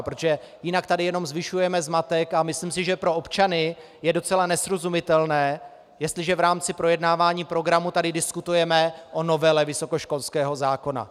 Protože jinak tady jenom zvyšujeme zmatek a myslím si, že pro občany je docela nesrozumitelné, jestliže v rámci projednávání programu tady diskutujeme o novele vysokoškolského zákona.